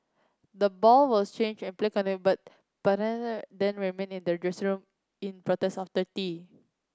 the ball was changed and play continued but then remained in their dressing room in protest after tea